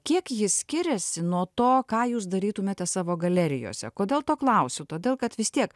kiek ji skiriasi nuo to ką jūs darytumėte savo galerijose kodėl to klausiu todėl kad vis tiek